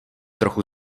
trochu